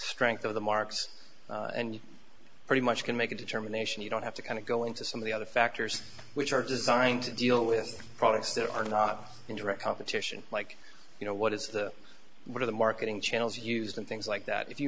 strength of the marks and you pretty much can make a determination you don't have to kind of go into some of the other factors which are designed to deal with products that are not in direct competition like you know what is the what are the marketing channels used and things like that if you